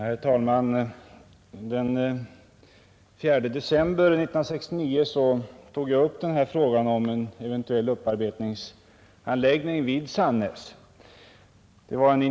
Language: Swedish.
Herr talman! Den 4 december 1969 fick jag svar på en interpellation angående en eventuell upparbetningsanläggning i Sannäs.